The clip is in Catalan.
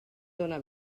dóna